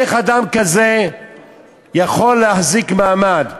איך אדם כזה יכול להחזיק מעמד?